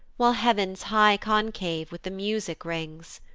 while heav'n's high concave with the music rings.